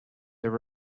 there